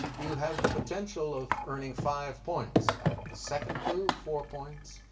you have the potential of earning five points, at the second clue four points,